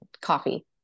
coffee